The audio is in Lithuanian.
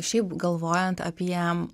šiaip galvojant apie